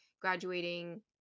graduating